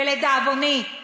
ולדאבוני,